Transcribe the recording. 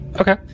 Okay